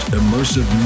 immersive